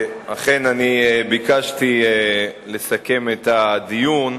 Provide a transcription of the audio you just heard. אכן אני ביקשתי לסכם את הדיון,